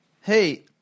hey